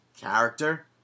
character